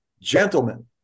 Gentlemen